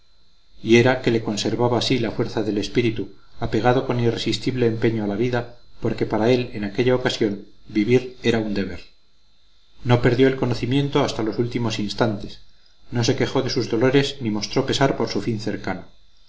y era que le conservaba así la fuerza del espíritu apegado con irresistible empeño a la vida porque para él en aquella ocasión vivir era un deber no perdió el conocimiento hasta los últimos instantes no se quejó de sus dolores ni mostró pesar por su fin cercano